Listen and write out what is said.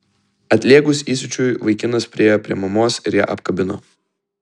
atlėgus įsiūčiui vaikinas priėjo prie mamos ir ją apkabino